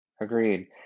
Agreed